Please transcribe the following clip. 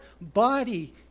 body